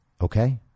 Okay